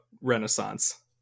renaissance